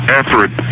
effort